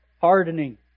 hardening